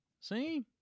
See